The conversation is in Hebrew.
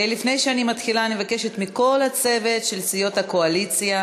לפני שאני מתחילה אני מבקשת מכל סיעות הקואליציה